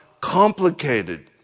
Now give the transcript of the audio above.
complicated